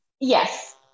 Yes